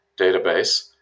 database